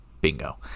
bingo